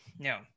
no